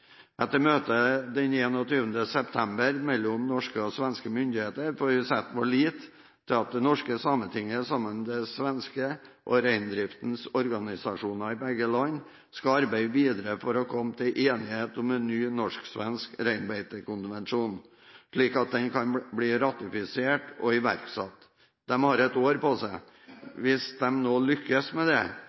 Etter møtet den 21. september mellom norske og svenske myndigheter får vi sette vår lit til at det norske sametinget sammen med det svenske sametinget og reindriftens organisasjoner i begge land skal arbeide videre for å komme til enighet om en ny norsk-svensk reinbeitekonvensjon, slik at den kan bli ratifisert og iverksatt. De har ett år på seg. Hvis de nå lykkes med det,